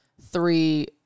three